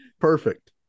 perfect